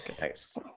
nice